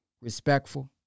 respectful